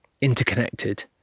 interconnected